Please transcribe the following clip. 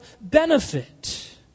benefit